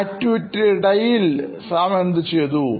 ആക്ടിവിറ്റിയുടെ ഇടയിൽ സാം എന്തു ചെയ്തു